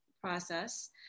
process